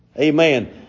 Amen